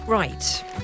Right